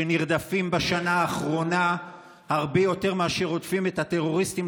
שנרדפים בשנה האחרונה הרבה יותר מאשר רודפים את הטרוריסטים,